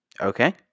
Okay